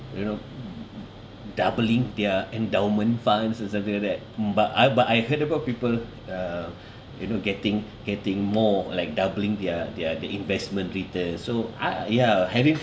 you know doubling their endowment funds or something like that mm but I but I heard about people uh you know getting getting more like doubling their their the investment return so I ya having